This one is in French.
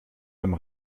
âme